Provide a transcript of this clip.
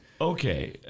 Okay